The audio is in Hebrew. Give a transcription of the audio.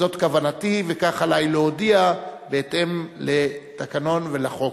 זאת כוונתי, וכך עלי להודיע בהתאם לתקנון ולחוק,